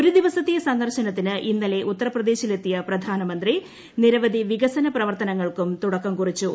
ഒരു ദിവസത്തെ സന്ദർശനത്തിന് ഇന്നല്ലെ ഉത്തർപ്രദേശിലെത്തിയ പ്രധാനമന്ത്രി നിരവധി വികസന പ്രവർത്തനങ്ങൾക്കും തുടക്കം കുറിച്ചു